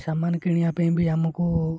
ସାମାନ କିଣିବା ପାଇଁ ବି ଆମକୁ